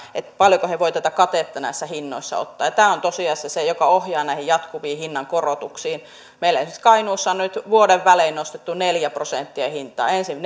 paljonko he voivat katetta näissä hinnoissa ottaa ja tämä on tosiasiassa se mikä ohjaa jatkuviin hinnankorotuksiin meillä esimerkiksi kainuussa on nyt vuoden välein nostettu neljä prosenttia hintaa ensin